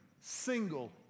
single